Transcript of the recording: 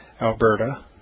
Alberta